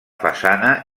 façana